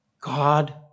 God